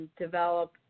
develop